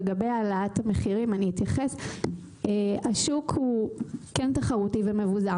לגבי העלאת המחירים השוק הוא כן תחרותי ומבוזר.